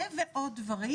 זה ועוד דברים,